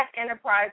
Enterprise